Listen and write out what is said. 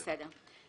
בסדר.